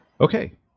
Okay